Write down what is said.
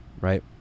Right